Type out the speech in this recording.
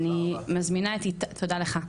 תודה לך.